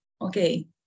okay